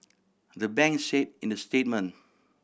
the banks said in the statement